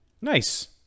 Nice